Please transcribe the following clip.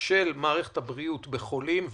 של מערכת הבריאות בחולים,